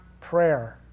prayer